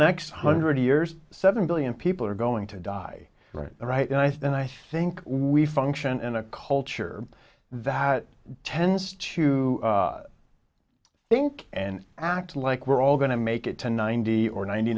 next hundred years seven billion people are going to die right and i said i think we function in a culture that tends to think and act like we're all going to make it to ninety or ninety